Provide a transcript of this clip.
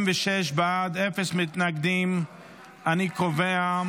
התשפ"ד 2024, לוועדה לביטחון לאומי נתקבלה.